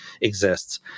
exists